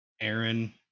Aaron